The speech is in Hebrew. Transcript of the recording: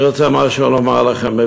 אני רוצה לומר לכם משהו,